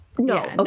No